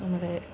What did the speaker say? നമ്മുടെ